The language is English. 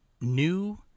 new